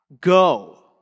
go